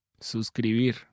Suscribir